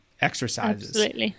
exercises